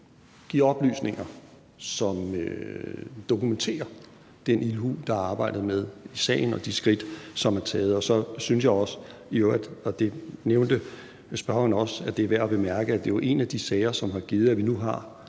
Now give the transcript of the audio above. give oplysninger, som dokumenterer den ildhu, der er arbejdet med i sagen, og de skridt, som er taget. Og så synes jeg i øvrigt også, og det nævnte spørgeren også, at det er værd at bemærke, at det jo er en af de sager, som har gjort, at vi nu har